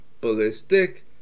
ballistic